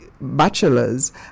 bachelor's